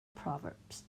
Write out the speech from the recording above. proverbs